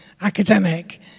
academic